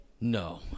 No